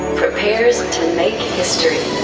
prepares to make history.